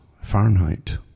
Fahrenheit